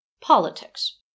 politics